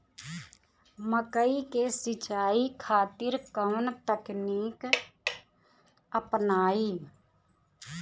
मकई के सिंचाई खातिर कवन तकनीक अपनाई?